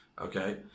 okay